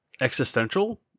existential